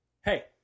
Hey